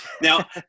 Now